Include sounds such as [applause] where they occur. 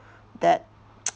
that [noise]